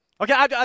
Okay